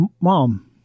mom